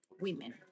women